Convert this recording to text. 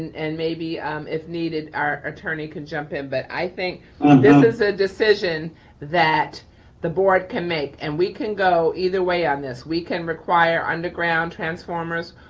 and maybe um if needed, our attorney could jump in. but i think this is a decision that the board can make, and we can go either way on this. we can require underground transformers,